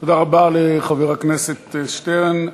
תודה רבה לחבר הכנסת שטרן.